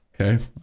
Okay